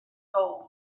gold